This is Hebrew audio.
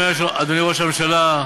אדוני ראש הממשלה,